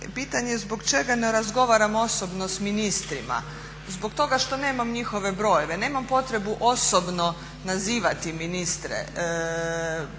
Pitanje zbog čega ne razgovaram osobno s ministrima, zbog toga što nemam njihove brojeve. Nemam potrebu osobno nazivati ministre.